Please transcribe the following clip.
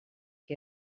que